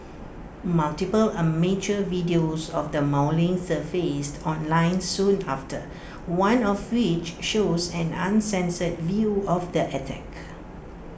multiple amateur videos of the mauling surfaced online soon after one of which shows an uncensored view of the attack